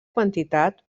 quantitat